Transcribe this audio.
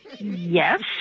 yes